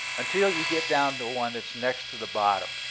until you get down to one that's next to the bottom.